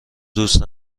دوست